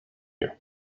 you